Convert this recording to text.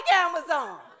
Amazon